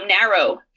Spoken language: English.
narrow